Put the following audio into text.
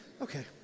Okay